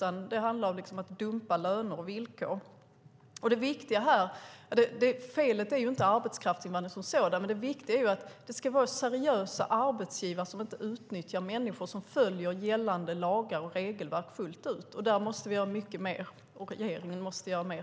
Det handlar om att dumpa löner och villkor. Felet är inte arbetskraftsinvandringen som sådan. Men det viktiga är att det ska vara seriösa arbetsgivare som inte utnyttjar människor och som följer gällande lagar och regelverk fullt ut. Där måste vi göra mycket mer, och regeringen måste göra mer.